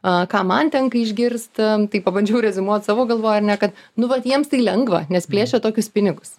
a ką man tenka išgirsti tai pabandžiau reziumuot savo galvoj ar ne kad nu vat jiems tai lengva nes plėšia tokius pinigus